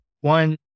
one